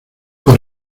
por